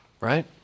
Right